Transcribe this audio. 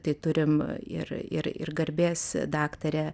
tai turim ir ir ir garbės daktarę